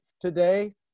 today